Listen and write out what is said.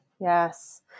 yes